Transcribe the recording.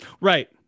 right